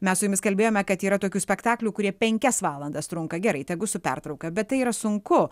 mes su jumis kalbėjome kad yra tokių spektaklių kurie penkias valandas trunka gerai tegu su pertrauka bet tai yra sunku